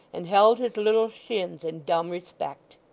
and held his little shins in dumb respect.